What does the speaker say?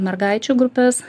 mergaičių grupes